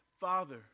Father